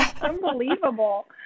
Unbelievable